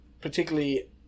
particularly